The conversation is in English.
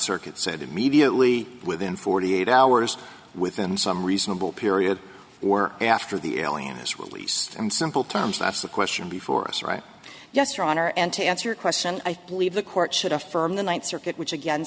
circuit said immediately within forty eight hours within some reasonable period work after the alienness release and simple terms that's the question before us right yes your honor and to answer your question i believe the court should affirm the ninth circuit which again